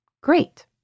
great